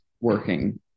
working